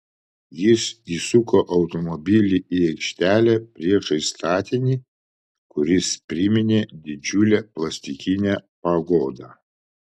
jis įsuko automobilį į aikštelę priešais statinį kuris priminė didžiulę plastikinę pagodą